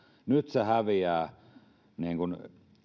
nyt se häviää niin kuin